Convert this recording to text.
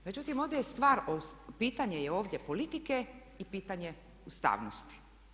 Međutim, ovdje je stvar, pitanje je ovdje politike i pitanje ustavnosti.